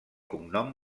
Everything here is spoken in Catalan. cognom